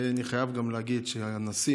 אני חייב גם להגיד שהנשיא,